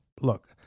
look